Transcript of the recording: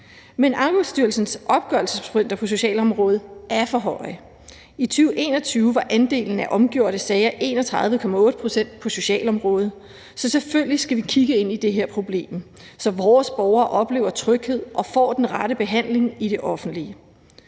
men Ankestyrelsens omgørelsesprocenter på socialområdet er for høje. I 2021 var andelen af omgjorte sager 31,8 pct. på socialområdet, så selvfølgelig skal vi kigge ind i det her problem, så vores borgere oplever tryghed og de får den rette behandling i det offentlige.